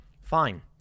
Fine